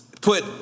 put